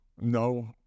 no